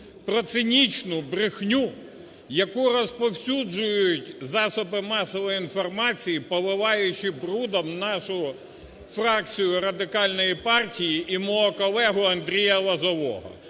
Про цинічну брехню, яку розповсюджують засоби масової інформації, поливаючи брудом нашу фракцію Радикальної партії і мого колегу Андрія Лозового.